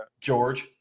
George